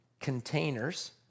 containers